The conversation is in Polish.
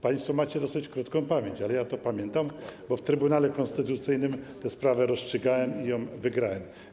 Państwo macie dosyć krótką pamięć, ale ja to pamiętam, bo w Trybunale Konstytucyjnym tę sprawę rozstrzygałem i ją wygrałem.